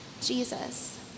Jesus